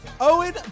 Owen